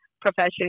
profession